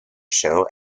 show